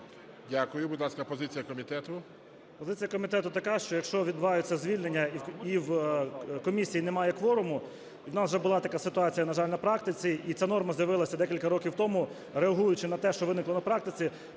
Дякую. Будь ласка, позиція комітету? 13:55:47 ГЕРУС А.М. Позиція комітету така, що якщо відбувається звільнення і в комісії немає кворуму, у нас вже була така ситуація, на жаль, на практиці, і ця норма з'явилася декілька років тому, реагуючи на те, що виникло на практиці,